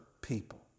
people